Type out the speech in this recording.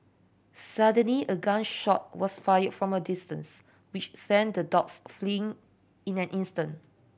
suddenly a gun shot was fire from a distance which sent the dogs fleeing in an instant